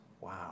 Wow